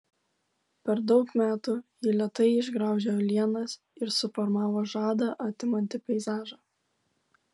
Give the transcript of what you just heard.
per daug metų ji lėtai išgraužė uolienas ir suformavo žadą atimantį peizažą